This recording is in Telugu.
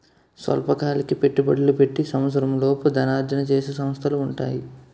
స్వల్పకాలిక పెట్టుబడులు పెట్టి సంవత్సరంలోపు ధనార్జన చేసే సంస్థలు ఉంటాయి